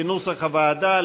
כנוסח הוועדה,